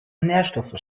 nährstoffe